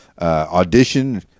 audition